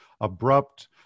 abrupt